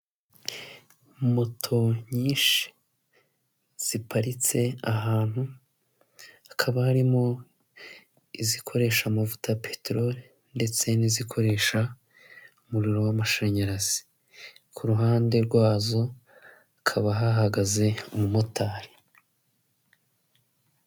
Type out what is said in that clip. Moto nyinshi ziparitse ahantu hakaba harimo izikoresha amavuta ya peterori ndetse n'izikoresha umuriro w'amashanyarazi, ku ruhande rwazo hakaba hahagaze umumotari.